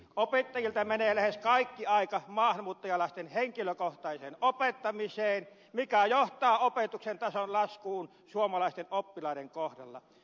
opettajilta menee lähes kaikki aika maahanmuuttajalasten henkilökohtaiseen opettamiseen mikä johtaa opetuksen tason laskuun suomalaisten oppilaiden kohdalla